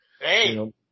Hey